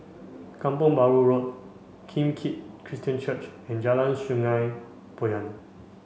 Kampong Bahru Road Kim Keat Christian Church and Jalan Sungei Poyan